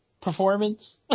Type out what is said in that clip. performance